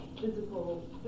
physical